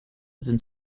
sind